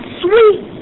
sweet